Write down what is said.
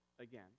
again